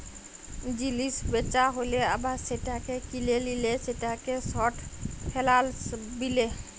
জিলিস বেচা হ্যালে আবার সেটাকে কিলে লিলে সেটাকে শর্ট ফেলালস বিলে